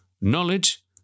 knowledge